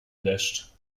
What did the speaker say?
deszcz